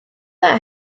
dda